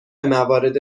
موارد